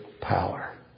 power